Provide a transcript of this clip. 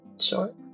Sure